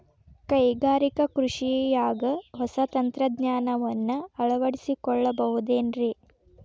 ಕೈಗಾರಿಕಾ ಕೃಷಿಯಾಗ ಹೊಸ ತಂತ್ರಜ್ಞಾನವನ್ನ ಅಳವಡಿಸಿಕೊಳ್ಳಬಹುದೇನ್ರೇ?